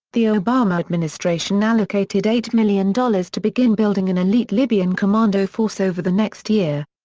the obama administration allocated eight million dollars to begin building an elite libyan commando force over the next year.